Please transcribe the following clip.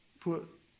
put